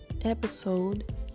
episode